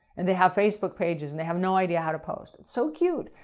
and they have facebook pages and they have no idea how to post. it's so cute,